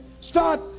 start